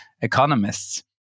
economists